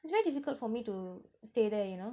it's very difficult for me to stay there you know